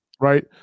right